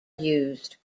used